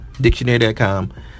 dictionary.com